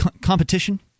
competition